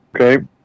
Okay